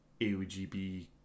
AOGB